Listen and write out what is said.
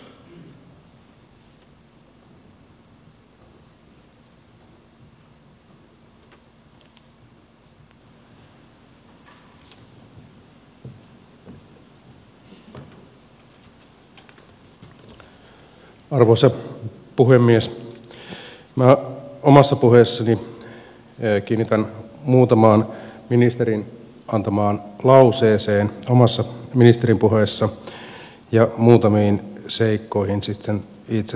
minä omassa puheessani kiinnitän huomion muutamaan ministerin antamaan lauseeseen ministerin puheessa ja muutamiin seikkoihin sitten itse tässä asiassa